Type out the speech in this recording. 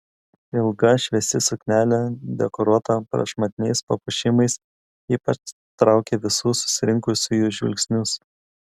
ilga šviesi suknelė dekoruota prašmatniais papuošimais ypač traukė visų susirinkusiųjų žvilgsnius